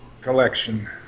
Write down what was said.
Collection